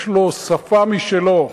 יש לו שפה משלו,